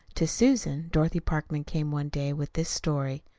to susan, dorothy parkman came one day with this story.